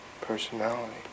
personality